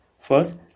First